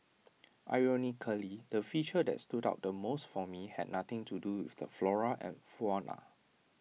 ironically the feature that stood out the most for me had nothing to do with the flora and fauna